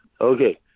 Okay